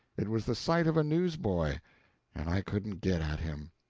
it was the sight of a newsboy and i couldn't get at him!